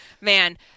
Man